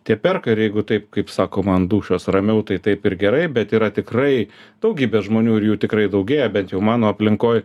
tie perka ir jeigu taip kaip sakoma ant dūšios ramiau tai taip ir gerai bet yra tikrai daugybė žmonių ir jų tikrai daugėja bent jau mano aplinkoj